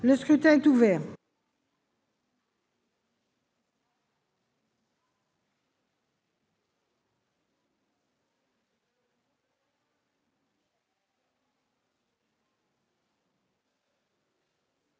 Le scrutin est ouvert.